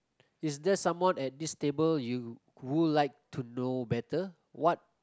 is there someone at this table you'll like to know better what